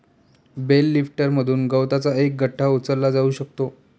bell लिफ्टरमधून गवताचा एक गठ्ठा उचलला जाऊ शकतो